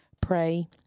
Pray